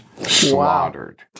slaughtered